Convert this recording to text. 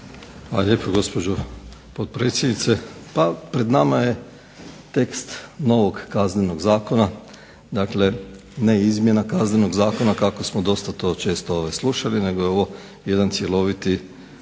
lijepo gospođo potpredsjednice. Pa pred nama je tekst novog Kaznenog zakona dakle ne izmjena Kaznenog zakona kako smo dosta to često slušali nego je ovo jedan cjeloviti